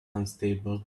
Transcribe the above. unstable